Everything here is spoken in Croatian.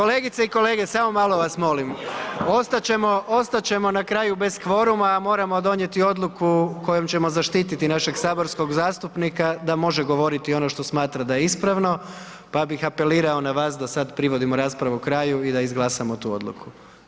Kolegice i kolege, samo malo vas molim, ostat ćemo na kraju bez kvoruma, a moramo donijeti odluku kojom ćemo zaštiti našeg saborskog zastupnika da može govoriti ono što smatra da je ispravno pa bih apelirao na vas da sada privodimo raspravu kraju i da izglasamo tu odluku.